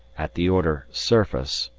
at the order surface,